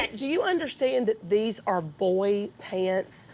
do you understand that these are boy pants?